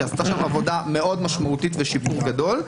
שעשתה שם עבודה מאוד משמעותית ושיפור גדול.